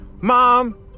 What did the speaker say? Mom